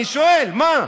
אני שואל, מה?